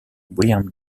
william